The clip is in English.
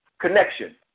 connection